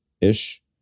ish